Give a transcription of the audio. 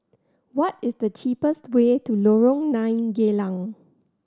what is the cheapest way to Lorong Nine Geylang